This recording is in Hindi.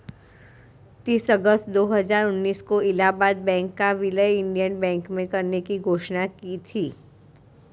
तीस अगस्त दो हजार उन्नीस को इलाहबाद बैंक का विलय इंडियन बैंक में करने की घोषणा की थी